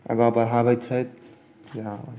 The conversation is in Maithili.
आगाँ बढ़ाबैत छथि इएह